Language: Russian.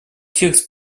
текст